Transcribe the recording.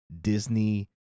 Disney